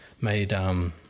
made